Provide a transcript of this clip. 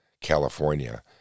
California